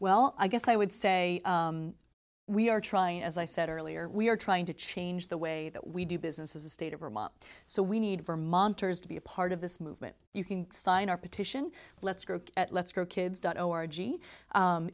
well i guess i would say we are trying as i said earlier we are trying to change the way that we do business as a state of vermont so we need vermonters to be a part of this movement you can sign our petition let's go let's go kids dot